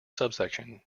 subsection